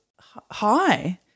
hi